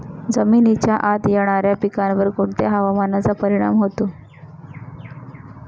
जमिनीच्या आत येणाऱ्या पिकांवर कोणत्या हवामानाचा परिणाम होतो?